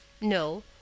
No